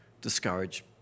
discourage